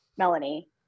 Melanie